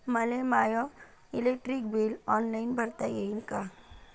मले my electric bill online भरता येईन का?